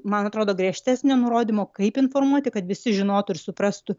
man atrodo griežtesnio nurodymo kaip informuoti kad visi žinotų ir suprastų